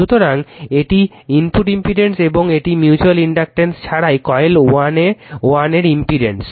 সুতরাং এটি input impedance এবং এটি মিউচুয়াল ইনডাকটেন্স ছাড়াই কয়েল 1 এর ইম্পিডেন্স